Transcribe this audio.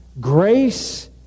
Grace